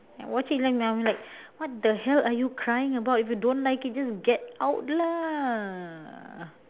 I watch it then I'm like what the hell are you crying about if you don't like it just get out lah